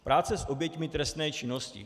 Práce s oběťmi trestné činnosti.